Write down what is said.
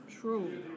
True